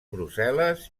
brussel·les